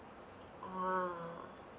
ah